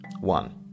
one